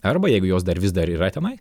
arba jeigu jos dar vis dar yra tenai